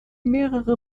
mehrere